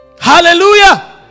Hallelujah